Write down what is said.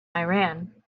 iran